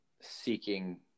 seeking